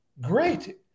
great